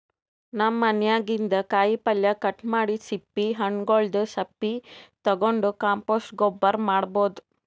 ನಮ್ ಮನ್ಯಾಗಿನ್ದ್ ಕಾಯಿಪಲ್ಯ ಕಟ್ ಮಾಡಿದ್ದ್ ಸಿಪ್ಪಿ ಹಣ್ಣ್ಗೊಲ್ದ್ ಸಪ್ಪಿ ತಗೊಂಡ್ ಕಾಂಪೋಸ್ಟ್ ಗೊಬ್ಬರ್ ಮಾಡ್ಭೌದು